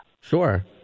Sure